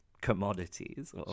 commodities